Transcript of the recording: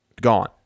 gone